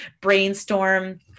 brainstorm